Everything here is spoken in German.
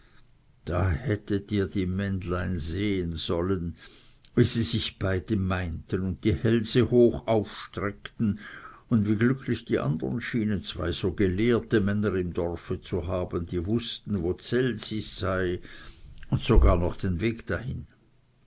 da hättet ihr die männlein sehen sollen wie sie sich beide meinten und die hälse hoch aufstreckten und wie glücklich die andern schienen zwei so gelehrte männer im dorfe zu haben die wußten wo ds elsis sei und sogar noch den weg dahin